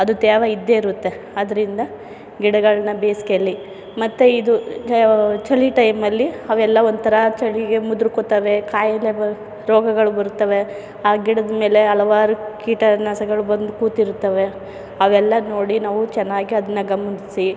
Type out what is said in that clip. ಅದು ತೇವ ಇದ್ದೇ ಇರುತ್ತೆ ಅದರಿಂದ ಗಿಡಗಳನ್ನ ಬೇಸಿಗೆಯಲ್ಲಿ ಮತ್ತು ಇದು ಚಳಿ ಟೈಮಲ್ಲಿ ಅವೆಲ್ಲ ಒಂಥರಾ ಚಳಿಗೆ ಮುದುರಿಕೊಳ್ತವೆ ಖಾಯಿಲೆ ಬರೋ ರೋಗಗಳು ಬರುತ್ತವೆ ಆ ಗಿಡದ ಮೇಲೆ ಹಲವಾರು ಕೀಟನಾಶಗಳು ಬಂದು ಕೂತಿರ್ತವೆ ಅವೆಲ್ಲ ನೋಡಿ ನಾವು ಚೆನ್ನಾಗಿ ಅದನ್ನ ಗಮನಿಸಿ